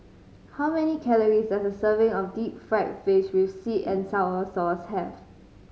how many calories does a serving of deep fried fish with sweet and sour sauce have